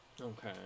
Okay